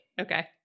Okay